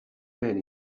men